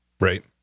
Right